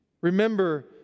Remember